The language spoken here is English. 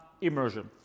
immersion